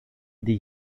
die